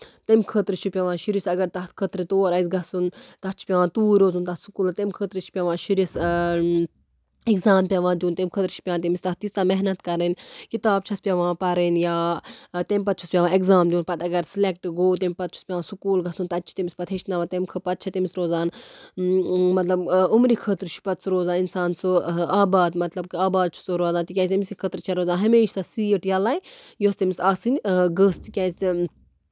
تَمہِ خٲطرٕ چھُ پیٚوان شُرِس اَگر تَتھ خٲطرٕ تور آسہِ گژھُن تَتھ چھُ پیٚوان توٗرۍ روزُن تَتھ سکوٗلَس تَمہِ خٲطرٕ چھُ پیٚوان شُرِس ایٚکزام پیٚوان دیُن تَمہِ خٲطرٕ چھِ پیٚوان تٔمِس تتھ تیٖژَہ محنت کَرٕنۍ کِتاب چھَس پیٚوان پَرٕنۍ یا تَمہِ پَتہٕ چھُس پیٚوان ایٚکزام دیُن پَتہٕ اَگر سِلیٚکٹ گوٚو تَمہِ پَتہٕ چھُس پیٚوان سکوٗل گژھُن تَتہِ چھُ تٔمِس پَتہٕ ہٮ۪چھناوان پَتہٕ چھِ تٔمِس روزان مطلب عُمرِ خٲطرٕ چھُ پَتہٕ سُہ روزان اِنسان سُہ آباد مطلب آباد چھُ سُہ روزان تِکیازِ أمۍ سندۍ خٲطرٕ چھِ روزان ہَمیشہٕ سۄ سیٖٹ ییٚلَے یۄس تٔمِس آسٕنۍ گٔژھ تِکیازِ